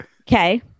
Okay